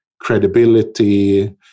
credibility